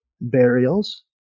burials